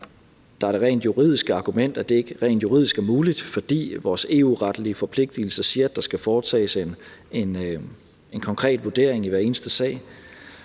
der er det rent juridiske argument, at det ikke rent juridisk er muligt, fordi vores EU-retlige forpligtelser siger, at der skal foretages en konkret vurdering i hver eneste sag.